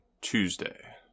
tuesday